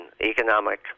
economic